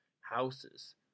houses